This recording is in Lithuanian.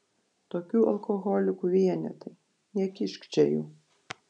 tokių alkoholikų vienetai nekišk čia jų